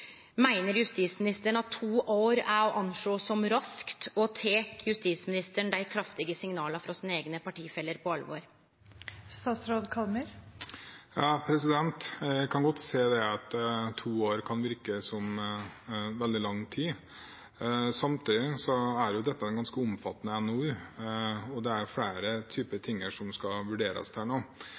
Meiner justisministeren at to år er å rekne som raskt, og tek justisministeren dei kraftige signala frå sine eigne partifellar på alvor? Jeg kan godt se at to år kan virke som veldig lang tid. Samtidig er dette en ganske omfattende NOU, og det er flere ting som skal vurderes.